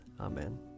Amen